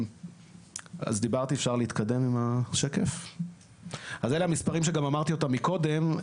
(מציג מצגת) במצגת מוצגים המספרים שגם אמרתי קודם,